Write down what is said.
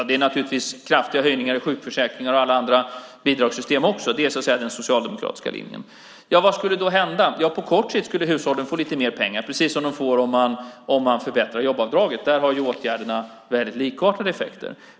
Det är naturligtvis kraftiga höjningar i sjukförsäkringar och alla andra bidragssystem också. Det är den socialdemokratiska linjen. Vad skulle då hända? På kort tid skulle hushållen få lite mer pengar, precis som de får om man förbättrar jobbavdraget. Där har åtgärderna väldigt likartade effekter.